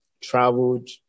traveled